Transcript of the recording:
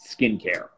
skincare